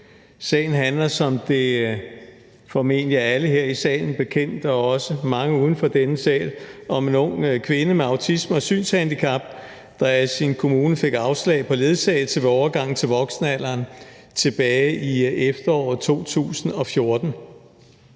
Sagen handler – som det formentlig er alle her i salen og også mange uden for denne sal bekendt – om en ung kvinde med autisme og synshandicap, der af sin kommune fik afslag på ledsagelse ved overgangen til voksenalderen tilbage i efteråret 2014.